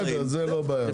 בסדר זה לא בעיה.